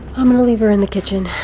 i'm gonna leave her in the kitchen,